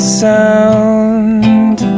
sound